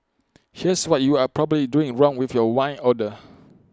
here's what you are probably doing wrong with your wine order